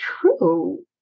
true